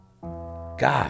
God